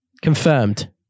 Confirmed